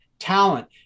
talent